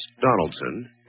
Donaldson